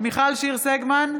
מיכל שיר סגמן,